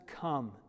come